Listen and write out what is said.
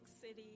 city